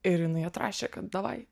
ir jinai atrašė kad davai